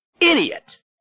idiot